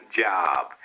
job